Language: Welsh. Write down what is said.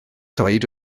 ddweud